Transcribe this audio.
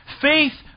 Faith